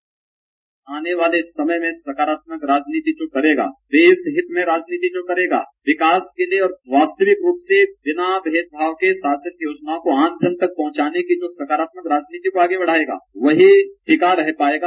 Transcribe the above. bite आने वाले समय में सकारात्मक राजनीति जो करेगा देशहित में राजनीति जो करेगा विकास के लिये और वास्तविक रूप से बिना भेदभाव के शासन की योजनाओं को अन्त तक पहुंचाने की जो सकारात्मक राजनीति को आगे बढ़ायेगा वही टिका रहा पायेगा